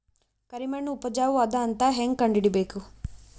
ಕರಿಮಣ್ಣು ಉಪಜಾವು ಅದ ಅಂತ ಹೇಂಗ ಕಂಡುಹಿಡಿಬೇಕು?